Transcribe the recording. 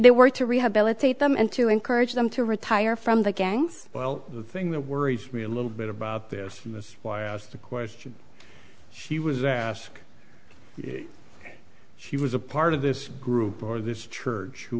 they were to rehabilitate them and to encourage them to retire from the gangs well the thing that worries me a little bit about this is why i asked the question she was asked if she was a part of this group or this church who